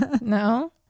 no